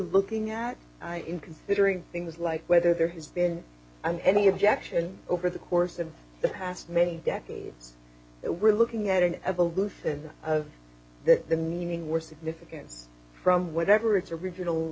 looking at in considering things like whether there has been an any objection over the course of the past many decades that we're looking at an evolution of the meaning we're significant from whatever its original